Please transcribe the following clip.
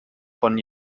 von